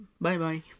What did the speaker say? Bye-bye